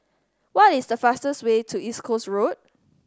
what is the fastest way to East Coast Road